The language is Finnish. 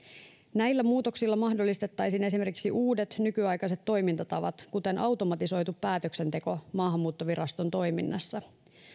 näillä muutoksilla mahdollistettaisiin esimerkiksi uudet nykyaikaiset toimintatavat kuten automatisoitu päätöksenteko maahanmuuttoviraston toiminnassa